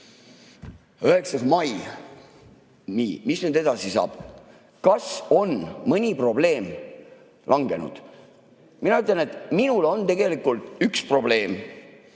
9. mai. Nii, mis nüüd edasi saab? Kas on mõni probleem langenud? Mina ütlen, et minul on tegelikult üks probleem.